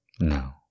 No